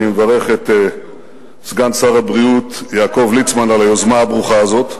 אני מברך את סגן שר הבריאות יעקב ליצמן על היוזמה הברוכה הזאת.